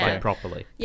properly